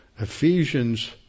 Ephesians